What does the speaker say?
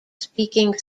speaking